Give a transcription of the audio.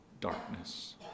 darkness